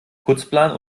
putzplan